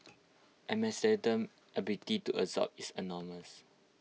Amsterdam's ability to absorb is enormous